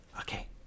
Okay